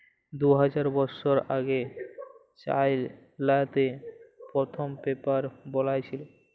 দু হাজার বসর আগে চাইলাতে পথ্থম পেপার বালাঁই ছিল